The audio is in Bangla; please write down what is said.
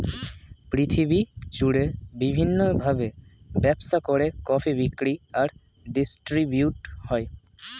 পৃথিবী জুড়ে বিভিন্ন ভাবে ব্যবসা করে কফি বিক্রি আর ডিস্ট্রিবিউট হয়